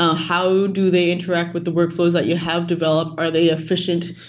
ah how do they interact with the workflows that you have developed? are they efficient?